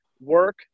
work